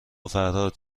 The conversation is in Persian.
فرهاد